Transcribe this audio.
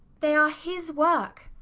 they are his work.